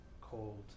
cold